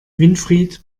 winfried